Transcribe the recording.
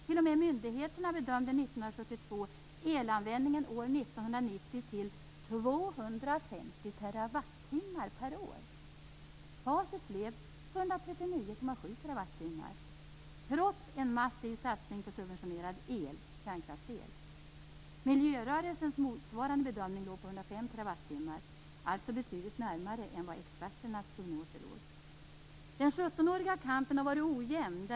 T.o.m. myndigheterna bedömde 1972 elanvändningen år 1990 till 250 TWh. Facit blev 139,7 TWh, trots en massiv satsning på subventionerad el, kärnkraftsel. Miljörörelsens motsvarande bedömning låg på 105 TWh, alltså betydligt närmare än vad experternas prognoser låg. Den 17-åriga kampen har varit ojämn.